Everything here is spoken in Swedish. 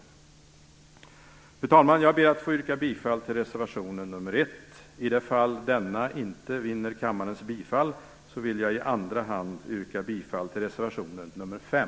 Fru talman! Jag yrkar bifall till reservation nr 1. I det fall denna inte får kammarens bifall yrkar jag i andra hand bifall till reservation nr 5.